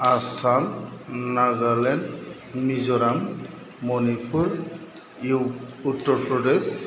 Assam Nagaland Mizoram Manipur Uttar Pradesh